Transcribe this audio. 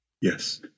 Yes